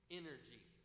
energy